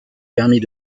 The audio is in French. permis